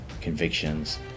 convictions